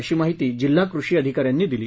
अशी माहिती जिल्हा कृषी अधिकाऱ्यांनी दिली